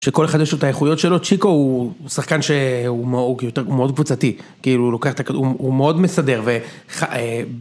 שכל אחד יש לו את האיכויות שלו צ'יקו הוא שחקן שהוא מאוד קבוצתי כאילו לוקח את הכדור ו.. הוא מאוד מסדר, ו...